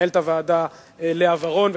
למנהלת הוועדה לאה ורון,